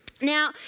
Now